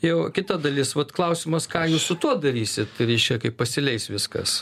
jau kita dalis vat klausimas ką jūs su tuo darysit reiškia kai pasileis viskas